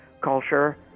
culture